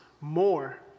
more